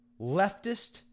leftist